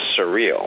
surreal